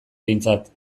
behintzat